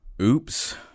Oops